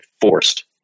forced